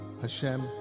Hashem